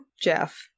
Jeff